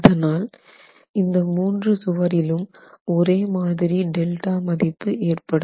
அதனால் இந்த மூன்று சுவரிலும் ஒரே மாதிரி Δ மதிப்பு ஏற்படும்